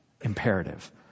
imperative